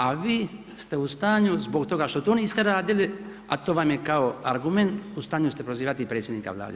A vi ste u stanju zbog toga što to niste radili, a to vam je kao argument u stanju ste prozivati i predsjednika Vlade.